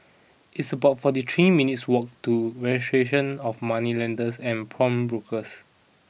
it's about forty three minutes' walk to Registration of Moneylenders and Pawnbrokers